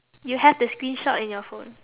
you have the screenshot in your phone